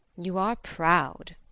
you are proud.